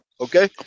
Okay